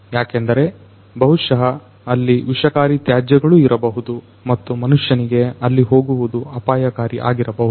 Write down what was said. ಯಾಕೆಂದರೆ ಬಹುಶಃ ಅಲ್ಲಿ ವಿಷಕಾರಿ ತ್ಯಾಜ್ಯಗಳು ಇರಬಹುದು ಮತ್ತು ಮನುಷ್ಯನಿಗೆ ಅಲ್ಲಿ ಹೋಗುವುದು ಅಪಾಯಕಾರಿ ಆಗಿರಬಹುದು